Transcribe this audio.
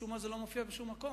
משום מה זה לא מופיע בשום מקום.